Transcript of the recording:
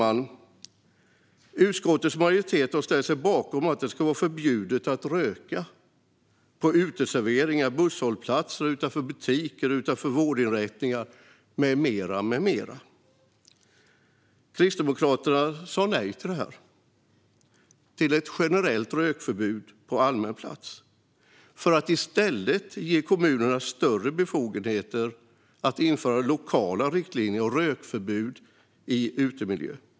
Utskottets majoritet har ställt sig bakom att det ska vara förbjudet att röka på uteserveringar, busshållplatser, utanför butiker och utanför vårdinrättningar med mera. Kristdemokraterna sa nej till ett generellt rökförbud på allmän plats för att vi i stället vill ge kommunerna större befogenheter att införa lokala riktlinjer och rökförbud i utemiljöer.